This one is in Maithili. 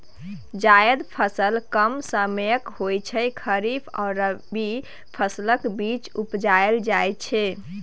जाएद फसल कम समयक होइ छै खरीफ आ रबी फसलक बीच उपजाएल जाइ छै